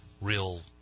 real